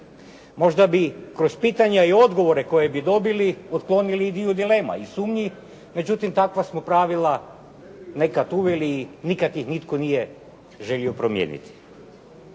Možda bi kroz pitanja i odgovore koje bi dobili otklonili i dio dilema i sumnji. Međutim, takva smo pravila nekad uveli i nikad ih nitko nije želio promijeniti.